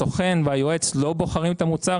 הסוכן והיועץ לא בוחרים את המוצר.